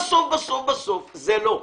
בסוף בסוף זה לא.